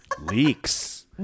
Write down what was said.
Leaks